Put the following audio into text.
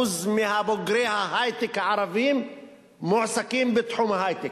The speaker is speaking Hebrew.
מבוגרי ההיי-טק הערבים מועסקים בתחום ההיי-טק.